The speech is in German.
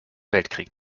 weltkrieg